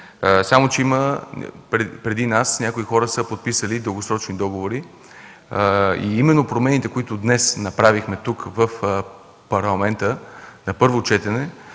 Само че преди нас някои хора са подписали дългосрочни договори. Именно промените, които днес направихме тук в Парламента на първо четене